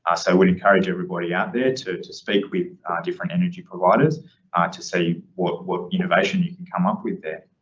ah so we'll encourage everybody out there to to speak with different energy providers to see what, what innovation you can come up with there.